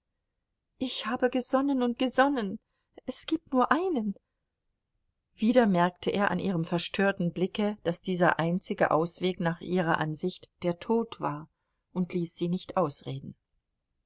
ich habe gesonnen und gesonnen es gibt nur einen wieder merkte er an ihrem verstörten blicke daß dieser einzige ausweg nach ihrer ansicht der tod war und ließ sie nicht ausreden